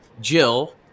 Jill